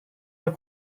nos